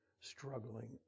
struggling